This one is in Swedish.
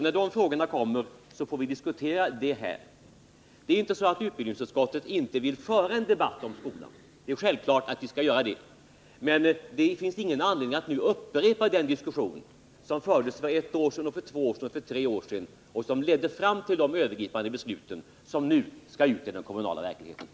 När dessa frågor är förberedda får vi diskutera dem här. Det är inte så att utbildningsutskottet inte vill föra en debatt om skolan. Självfallet skall vi göra det. Men det finns ingen anledning att nu upprepa den diskussion som fördes för ett år sedan, för två år sedan och för tre år sedan och som ledde fram till de övergripande beslut som nu skall ut i den kommunala verkligheten.